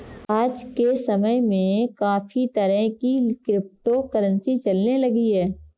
आज के समय में काफी तरह की क्रिप्टो करंसी चलने लगी है